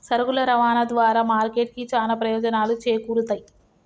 సరుకుల రవాణా ద్వారా మార్కెట్ కి చానా ప్రయోజనాలు చేకూరుతయ్